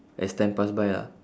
as time pass by ah